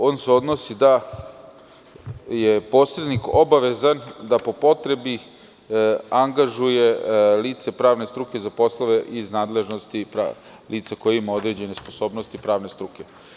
On se odnosi na to da je posrednik obavezan da po potrebi angažuje lice pravne struke za poslove iz nadležnosti lica koja imaju određene sposobnosti pravne struke.